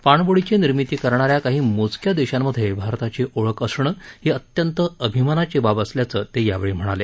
पाणब्डीची निर्मिती करणाऱ्या काही मोजक्या देशांमध्ये भारताची ओळख असणं ही अत्यंत अभिमानाची बाब असल्याचं ते यावेळी म्हणाले